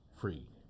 free